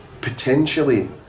potentially